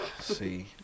See